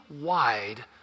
wide